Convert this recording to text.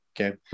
okay